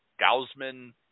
Gausman